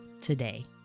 today